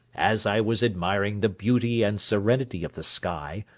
as i was admiring the beauty and serenity of the sky,